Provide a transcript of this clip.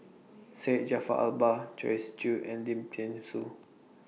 Syed Jaafar Albar Joyce Jue and Lim Thean Soo